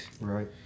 Right